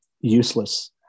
useless